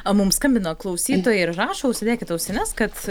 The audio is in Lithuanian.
mums skambino klausytojai ir rašo užsidėkit ausines kad